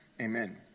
amen